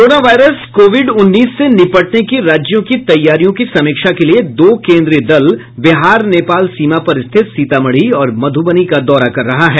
corona virus COVID उन्नीस से निपटने की राज्यों की तैयारियों की समीक्षा के लिए दो केन्द्रीय दल बिहार नेपाल सीमा पर स्थित सीतामढ़ी और मधुबनी का दौरा कर रहा है